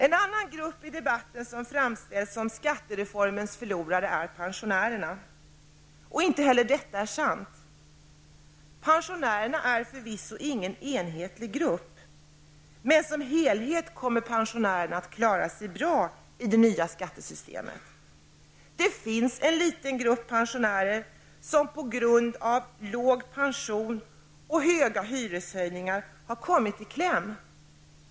En annan grupp som i debatten har framställts som skattereformens förlorare är pensionärerna. Men inte heller detta är sant. Pensionärerna är förvisso inte en enhetlig grupp. Men totalt sett kommer pensionärerna att klara sig bra med det nya skattesystemet. Det finns dock en liten grupp pensionärer som på grund av låg pension och stora hyreshöjningar har kommit i kläm.